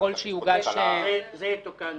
זה יתוקן